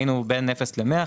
היינו בין אפס ל-100,